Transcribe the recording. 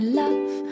love